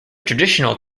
traditional